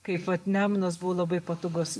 kaip vat nemunas buvo labai patogus